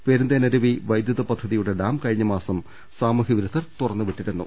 പെരു ന്തേനരുവി വൈദ്യുത പദ്ധതിയുടെ ഡാം കഴിഞ്ഞമാസം സാമൂഹ്യവിരുദ്ധർ തുറന്നുവിട്ടിരുന്നു